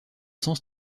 sens